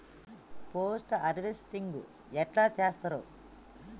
Post harvesting ఎట్ల చేత్తరు?